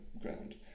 ground